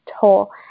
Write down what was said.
toll